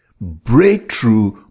Breakthrough